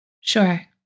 Sure